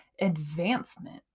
advancement